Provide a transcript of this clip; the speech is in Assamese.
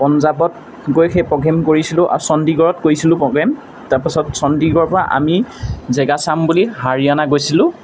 পঞ্জাৱত গৈ সেই প্ৰগ্ৰেম কৰিছিলোঁ চন্দীগড়ত গৈছিলোঁ প্ৰগ্ৰেম তাৰপাছত চন্দীগড়ৰ পৰা আমি জেগা চাম বুলি হাৰিয়ানা গৈছিলোঁ